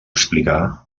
explicar